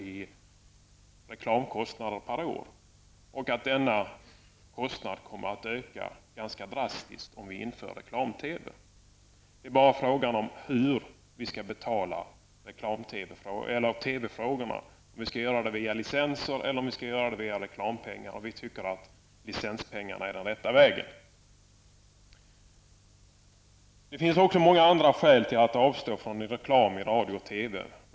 i reklamkostnader per år och att denna kostnad kommer att öka ganska drastiskt om vi inför reklam-TV. Det är bara frågan om hur vi skall betala för TV, om vi skall göra det via licenser eller via reklampengar. Vi tycker att licenspengarna är den rätta vägen. Det finns också många andra skäl till att avstå från reklam i radio och TV.